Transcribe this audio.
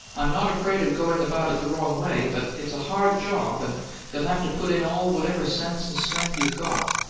i'm not afraid of going about it the wrong way but it's a hard job and you'll have to put in all whatever sense and strength you've got.